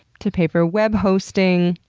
to pay for web hosting.